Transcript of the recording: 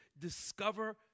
discover